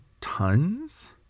tons